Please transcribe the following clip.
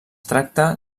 tracta